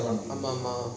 ஆமா ஆமா:ama ama